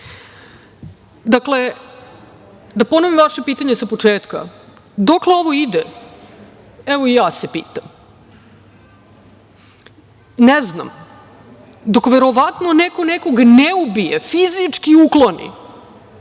niko. Dakle, da ponovim vaše pitanje sa početka. Dokle ovo ide? Evo i ja se pitam. Ne znam. Dok verovatno neko nekoga ne ubije, fizički ukloni